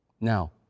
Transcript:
Now